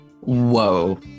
whoa